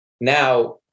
now